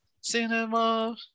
Cinema